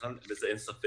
בכלל בזה אין ספק.